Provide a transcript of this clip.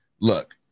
look